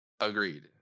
Agreed